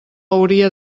hauria